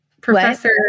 Professor